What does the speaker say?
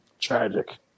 Tragic